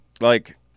Like-